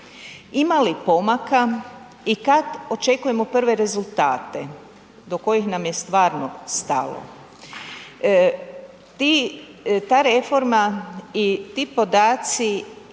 Ima li pomaka i kad očekujemo prve rezultate do kojih nam je stvarno stalo? Ta reforma i ti podaci